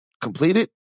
completed